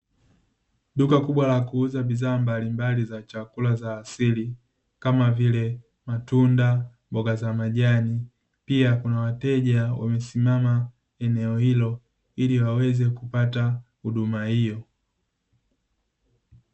Duka kubwa la kuuza bidhaa mbalimbali za chakula za asili kama vile matunda, mboga za majani, pia kuna wateja wamesimama eneo hilo ili waweze kupata huduma hiyo.